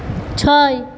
ছয়